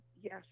yes